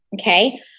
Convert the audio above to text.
okay